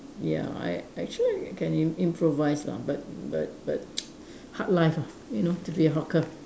ya I I actually I can imp~ improvise lah but but but hard life ah you know to be a hawker